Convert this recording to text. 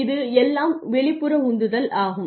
இது எல்லாம் வெளிப்புற உந்துதல் ஆகும்